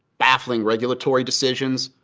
baffling regulatory decisions,